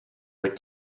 but